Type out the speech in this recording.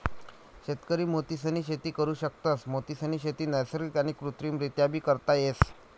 शेतकरी मोतीसनी शेती करु शकतस, मोतीसनी शेती नैसर्गिक आणि कृत्रिमरीत्याबी करता येस